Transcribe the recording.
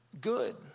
Good